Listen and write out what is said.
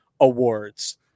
awards